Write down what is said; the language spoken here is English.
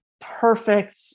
perfect